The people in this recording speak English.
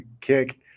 kick